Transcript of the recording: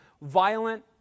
violent